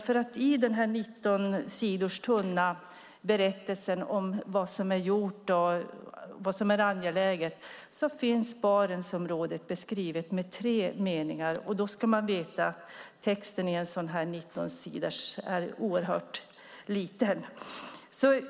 För i den här 19 sidor tunna berättelsen om vad som är gjort och vad som är angeläget finns Barentsområdet beskrivet med tre meningar, och då ska man veta att texten i en sådan här 19-sidorsskrivelse är oerhört liten.